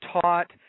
taught